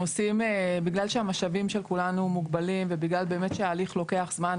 בגלל שהמשאבים של כולנו מוגבלים ובגלל באמת שההליך לוקח זמן,